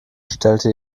stellte